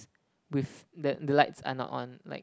with that the lights are not on like